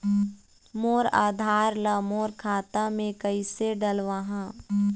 मोर आधार ला मोर खाता मे किसे डलवाहा?